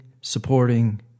supporting